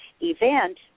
event